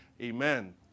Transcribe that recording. Amen